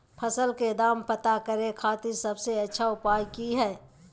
फसल के दाम पता करे खातिर सबसे अच्छा उपाय की हय?